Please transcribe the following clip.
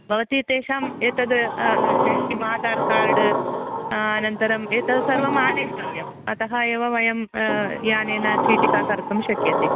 भवति तेषां एतद् ऐडि किम् आधार् कार्ड् अनन्तरम् एतद् सर्वम् आनितव्यं अतः एव वयं यानेन चिटिका कर्तुं शक्यते